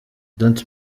don’t